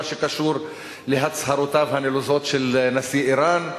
שקשור להצהרותיו הנלוזות של נשיא אירן.